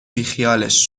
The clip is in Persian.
بیخیالش